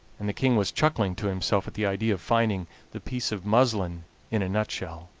and the king was chuckling to himself at the idea of finding the piece of muslin in a nutshell.